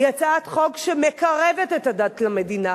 היא הצעת חוק שמקרבת את הדת למדינה,